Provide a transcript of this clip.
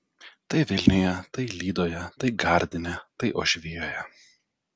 tai vilniuje tai lydoje tai gardine tai uošvijoje